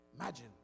Imagine